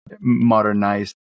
modernized